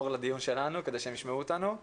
ננעלה